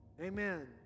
Amen